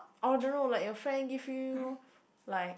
oh no no like your friend give you like